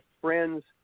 friends